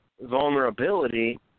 vulnerability